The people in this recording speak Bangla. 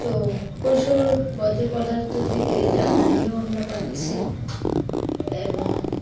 তো পশুর বর্জ্য পদার্থ থেকে জ্বালানিও আমরা পাচ্ছি এবং